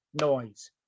noise